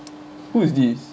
who is this